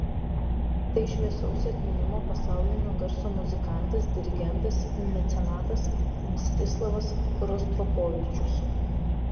tai šviesaus atminimo pasaulinio garso muzikantas dirigentas mecenatas mstislavas rostropovičius